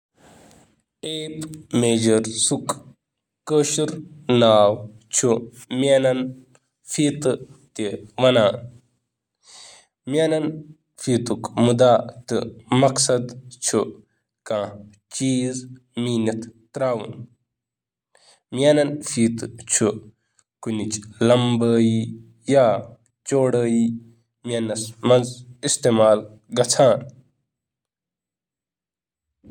کشمیٖرَس منٛز ٹیپ پیمٲئش ہُنٛد مطلب چھُ فیٹا یُس زیچھرٕ کھجرٕچ پیمٲئش کرنہٕ خٲطرٕ استعمال چھُ یِوان کرنہٕ۔